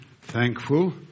thankful